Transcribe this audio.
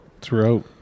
throughout